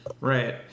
Right